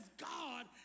God